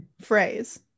phrase